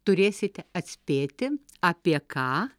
turėsite atspėti apie ką